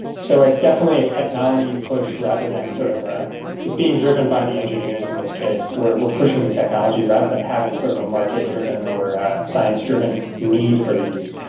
so it's definitely a technology push rather than, sort of ah it's being driven by the engineers in this case, we're we're pushing the technology rather than having sort of a market driven or science driven need for these.